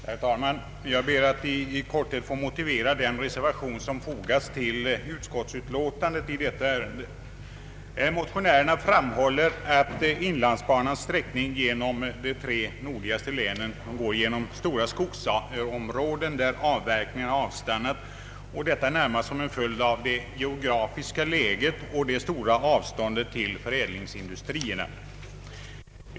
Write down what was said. Herr talman! Jag ber att i korthet få motivera den reservation som fogats till utskottsutlåtandet i detta ärende. Motionärerna framhåller att Inlandsbanans sträckning genom de tre nordligaste länen går genom stora skogsområden där avverkningarna avstannat, detta närmast som en följd av det geografiska läget och det stora avståndet till — förädlingsindustrierna.